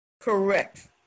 Correct